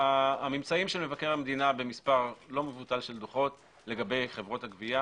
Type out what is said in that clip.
הממצאים של מבקר המדינה במספר לא מבוטל של דוחות לגבי דוחות הגבייה